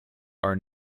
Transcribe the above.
are